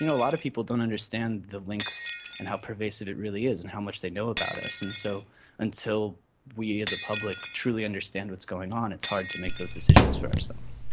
you know a lot of people don't understand the links and how pervasive it really is and how much they know about us. and so until we as a public truly understand what's going on it's hard to make those decisions for ourselves.